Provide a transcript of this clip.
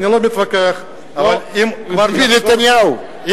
מר ביבי נתניהו,